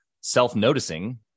self-noticing